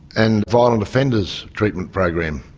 and violent offenders treatment program.